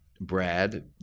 Brad